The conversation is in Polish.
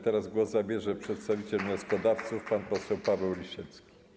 Teraz głos zabierze przedstawiciel wnioskodawców pan poseł Paweł Lisiecki.